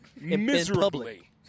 miserably